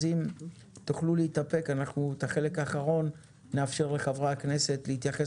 אז אם תוכלו להתאפק בחלק האחרון אנחנו נאפשר לחברי הכנסת להתייחס